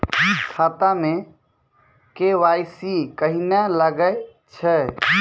खाता मे के.वाई.सी कहिने लगय छै?